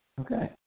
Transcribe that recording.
Okay